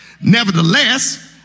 Nevertheless